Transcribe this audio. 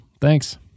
Thanks